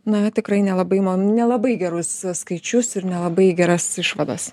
na tikrai nelabai man nelabai gerus skaičius ir nelabai geras išvadas